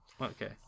Okay